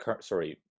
sorry